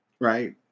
right